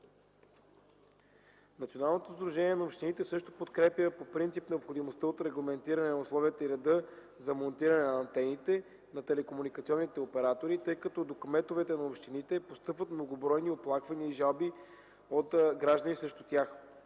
Националното сдружение на общините също подкрепя по принцип необходимостта от регламентиране на условията и реда за монтиране на антените на телекомуникационните оператори, тъй като до кметовете на общините постъпват многобройни оплаквания и жалби от граждани срещу тях.